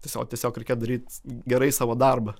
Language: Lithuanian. tiesiog tiesiog reikia daryt gerai savo darbą